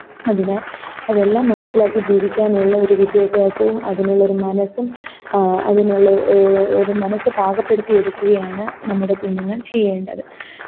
അതിനാല് അതെല്ലാം മനസ്സിലാക്കി ജീവിക്കാനുള്ള ഒരു വിദ്യാഭ്യാസവും അതിനുള്ളൊരു മനസ്സും അതിനുള്ള ഒരു മനസ്സ് പാകപ്പെടുത്തിയെടുക്കുകയാണ് നമ്മുടെ കുഞ്ഞുങ്ങള് ചെയ്യേണ്ടത്